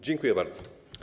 Dziękuję bardzo.